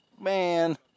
Man